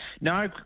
No